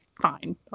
fine